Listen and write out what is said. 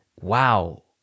wow